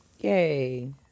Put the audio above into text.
Yay